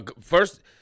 first